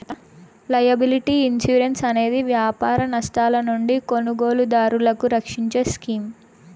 liability insurance అనేది వ్యాపార నష్టాల నుండి కొనుగోలుదారులను రక్షించే స్కీమ్